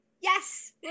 yes